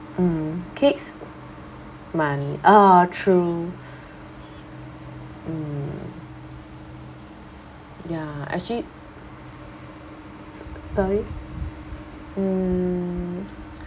mm kids money ah true mm ya actually s~ sorry mm